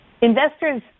investors